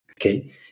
Okay